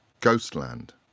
Ghostland